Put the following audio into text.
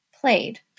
played